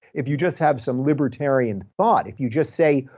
if you just have some libertarian thought, if you just say,